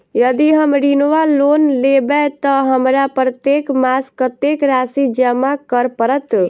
यदि हम ऋण वा लोन लेबै तऽ हमरा प्रत्येक मास कत्तेक राशि जमा करऽ पड़त?